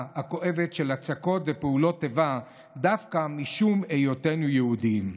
הכואבת של הצקות ופעולות איבה דווקא משום היותנו יהודים.